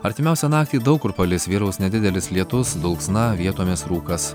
artimiausią naktį daug kur palis vyraus nedidelis lietus dulksna vietomis rūkas